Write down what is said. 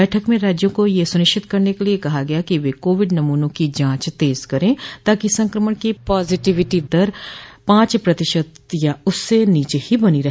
बैठक में राज्यों को यह सुनिश्चित करने के लिए कहा गया कि वे कोविड नमूनों की जांच तेज करें ताकि संक्रमण की पॉजिटिविटी दर पांच प्रतिशत या उससे नीचे ही बनी रहे